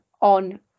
on